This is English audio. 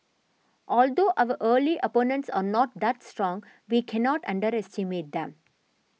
although our early opponents are not that strong we cannot underestimate them